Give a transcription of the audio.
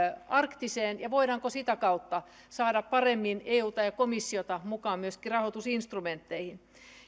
arktiseen ja voidaanko sitä kautta saada paremmin euta ja komissiota mukaan myöskin rahoitusinstrumentteihin